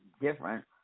different